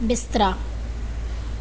ਬਿਸਤਰਾ